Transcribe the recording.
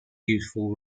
youthful